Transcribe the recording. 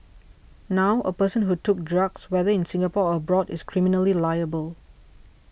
now a person who took drugs whether in Singapore or abroad is criminally liable